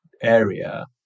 area